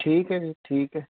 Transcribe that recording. ਠੀਕ ਹੈ ਜੀ ਠੀਕ ਹੈ